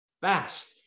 fast